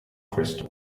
crystal